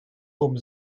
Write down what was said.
oben